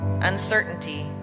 uncertainty